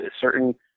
certain